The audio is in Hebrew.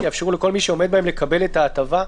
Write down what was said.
שיאפשרו לכל מי שעומד בהם לקבל את ההטבה,